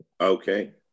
Okay